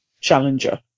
challenger